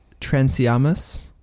Transiamus